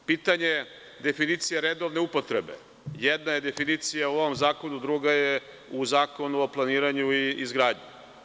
Pitanje definicija redovne upotrebe, jedna je definicija u ovom zakonu, druga je u Zakonu o planiranju i izgradnji.